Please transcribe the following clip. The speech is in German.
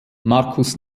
marcus